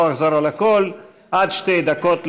לא אחזור על הכול: עד שתי דקות לשאלה,